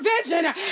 provision